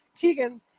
Keegan